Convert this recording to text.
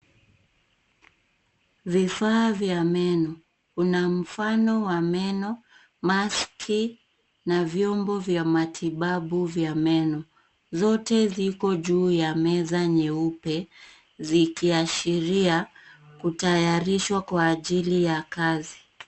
Vifaa vya meno. Kuna mfano wa meno, maski na vyombo vya matibabu ya meno. Zote ziko juu ya meza nyeupe zikiashiria kutayarishwa kwa ajili ya kazi.